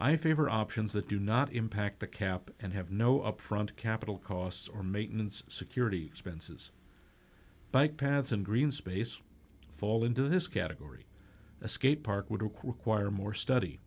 i favor options that do not impact the cap and have no upfront capital costs or maintenance security expenses bike paths and green space fall into this category a skate park would require more study